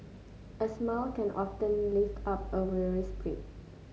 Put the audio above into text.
a smile can often lift up a weary spirit